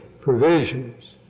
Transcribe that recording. provisions